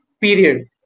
period